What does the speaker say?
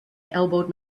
elbowed